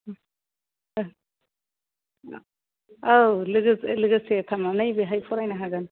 औ लोगोसे लोगोसे थानानै बेहाय फरायनो हागोन